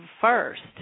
first